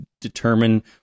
determine